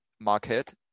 market